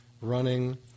running